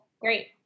great